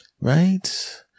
right